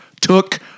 took